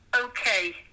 okay